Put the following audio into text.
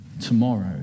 tomorrow